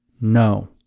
No